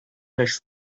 next